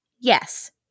Yes